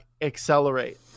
accelerate